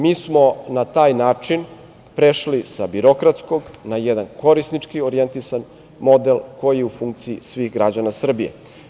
Mi smo na taj način prešli sa birokratskog na jedan korisnički orijentisan model koji je u funkciji svih građana Srbije.